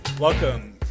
Welcome